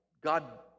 God